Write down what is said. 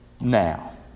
now